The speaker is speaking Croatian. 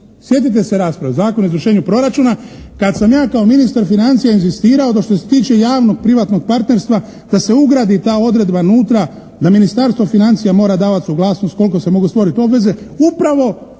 sjetite se rasprave o Zakonu o izvršenju proračuna, kad sam ja kao ministar financija inzistirao da što se tiče javnog privatnog partnerstva da se ugradi ta odredba unutra da Ministarstvo financija mora davati suglasnost koliko se mogu stvoriti obveze upravo